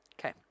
Okay